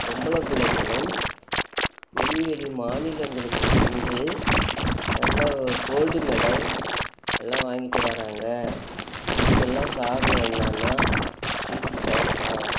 பொம்பளை பிள்ளைங்களும் வெளி வெளி மாநிலங்களுக்கு சென்று நல்ல கோல்டு மெடல் எல்லாம் வாங்கிகிட்டு வராங்க இதுக்கெல்லாம் காரணம் என்னென்னா பிடி சாரு தான்